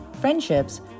friendships